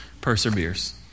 perseveres